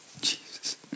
Jesus